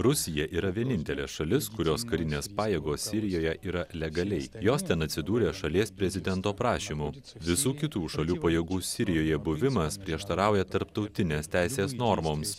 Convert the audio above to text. rusija yra vienintelė šalis kurios karinės pajėgos sirijoje yra legaliai jos ten atsidūrė šalies prezidento prašymu visų kitų šalių pajėgų sirijoje buvimas prieštarauja tarptautinės teisės normoms